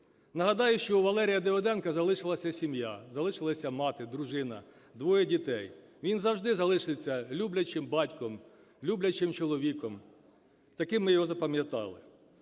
Нагадаю, що у Валерія Давиденка залишилася сім'я: залишилась мати, дружина, двоє дітей. Він завжди залишиться люблячим батьком, люблячим чоловіком, таким ми його запам'ятали.